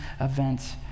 events